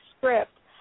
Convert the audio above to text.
script